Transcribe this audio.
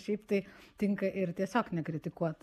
šiaip tai tinka ir tiesiog nekritikuot